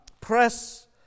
press